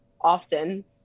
often